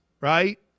right